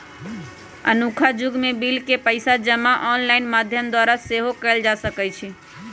अखुन्का जुग में बिल के पइसा जमा ऑनलाइन माध्यम द्वारा सेहो कयल जा सकइत हइ